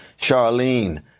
Charlene